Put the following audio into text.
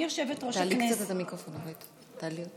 קטעו את נתיב הכניסה העיקרי של תיירים מחו"ל לישראל.